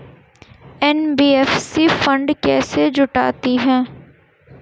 NBFC fund कैसे जुटाती है?